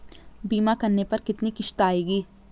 बीमा करने पर कितनी किश्त आएगी?